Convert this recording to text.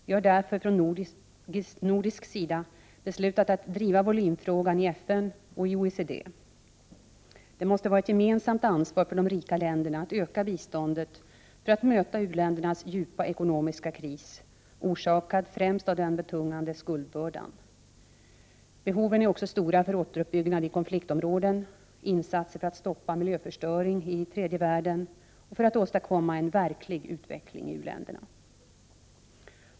Vi har därför från nordisk sida beslutat att driva volymfrågan i FN och OECD. Det måste vara ett gemensamt ansvar för de rika länderna att öka biståndet för att möta u-ländernas djupa ekonomiska kris, orsakad främst av den betungande skuldbördan. Behoven är också stora för återuppbyggnad i konfliktområden, för insatser för att stoppa miljöförstöring i tredje världen och för att åstadkomma en verklig utveckling i u-länderna.